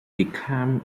became